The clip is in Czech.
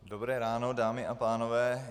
Dobré ráno, dámy a pánové.